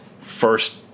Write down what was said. first